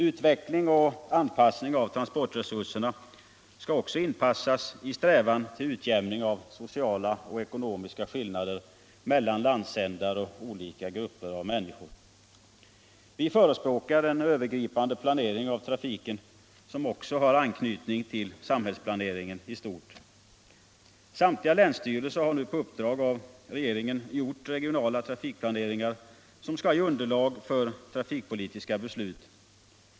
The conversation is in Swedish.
Utveckling och anpassning av transportresurserna skall också inpassas i strävan till utjämning av sociala och ekonomiska skillnader mellan landsändar och mellan olika grupper av människor. Vi förespråkar en övergripande planering av trafiken som också har anknytning till samhällsplaneringen i stort. Samtliga länsstyrelser har nu på uppdrag av regeringen gjort regionala trafikplaneringar som skall ge underlag för trafikpolitiska beslut.